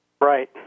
Right